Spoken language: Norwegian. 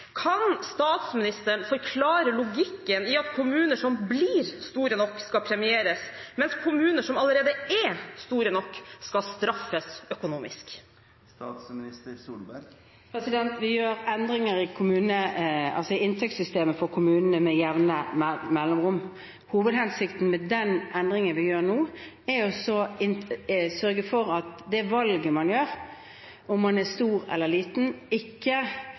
Kan statsministeren forklare logikken i at kommuner som blir store nok, skal premieres, mens kommuner som allerede er store nok, skal straffes økonomisk? Vi gjør endringer i inntektssystemet for kommunene med jevne mellomrom. Hovedhensikten med den endringen vi gjør nå, er å sørge for at det valget man gjør, om man er stor eller liten, ikke